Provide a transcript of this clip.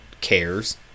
Cares